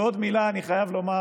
ועוד מילה אני חייב לומר,